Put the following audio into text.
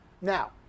Now